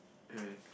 okay